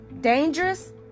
dangerous